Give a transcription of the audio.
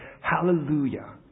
hallelujah